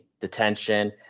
detention